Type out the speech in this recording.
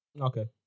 Okay